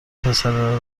پسره